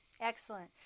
Excellent